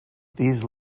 these